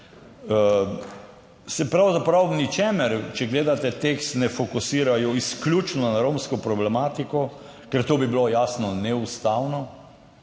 se pravzaprav v ničemer, če gledate tekst, ne fokusirajo izključno na romsko problematiko, ker to bi bilo, jasno, neustavno.